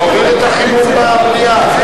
יורידו את החימום במליאה.